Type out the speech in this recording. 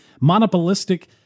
Monopolistic